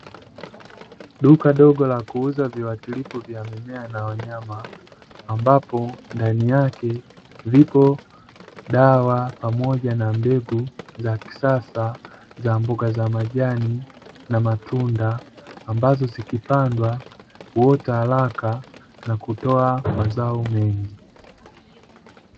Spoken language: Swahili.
Duka dogo la kuuza viwakilipu vya mimea na wanyama, ambapo ndani yake zipo dawa pamoja na mbegu za kisasa za mboga za majani na matunda, ambazo zikipandwa huota haraka na kutoa mazao mengi.